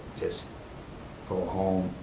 just go home,